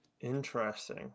Interesting